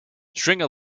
stringer